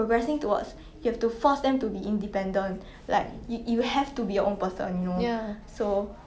yeah yeah one two